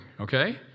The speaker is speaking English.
okay